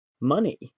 money